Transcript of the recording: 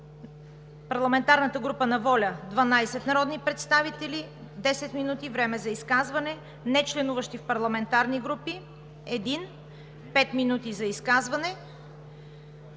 парламентарната група на „Воля“ – 12 народни представители, 10 минути време за изказване; нечленуващи в парламентарни групи – един, пет минути за изказване.